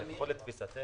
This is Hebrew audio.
אבל לפחות לתפיסתנו,